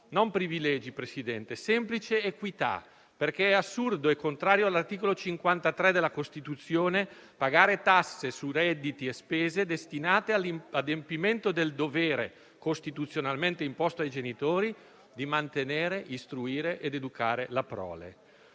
di privilegi, signor Presidente, ma di semplice equità, perché è assurdo e contrario all'articolo 53 della Costituzione pagare tasse su redditi e spese destinate all'adempimento del dovere, costituzionalmente imposto ai genitori, di mantenere, istruire ed educare la prole.